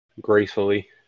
gracefully